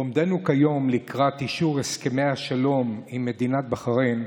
בעומדנו כיום לקראת אישור הסכמי השלום עם מדינת בחריין,